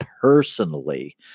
personally